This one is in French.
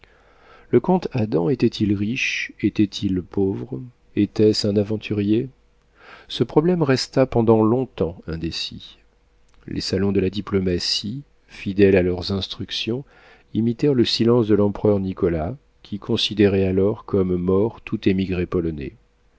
le comte adam était-il riche était-il pauvre était-ce un aventurier ce problème resta pendant long-temps indécis les salons de la diplomatie fidèles à leurs instructions imitèrent le silence de l'empereur nicolas qui considérait alors comme mort tout émigré polonais